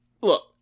look